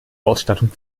ausstattung